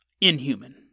inhuman